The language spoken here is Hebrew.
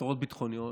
התרעות ביטחונית,